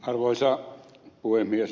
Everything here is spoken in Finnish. arvoisa puhemies